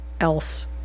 else